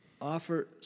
offer